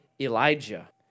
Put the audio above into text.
Elijah